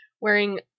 wearing